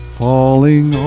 falling